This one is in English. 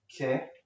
okay